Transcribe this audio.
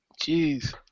Jeez